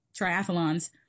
triathlons